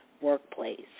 workplace